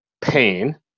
pain